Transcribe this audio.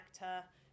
actor